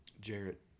Jarrett